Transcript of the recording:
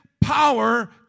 power